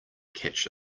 catch